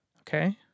Okay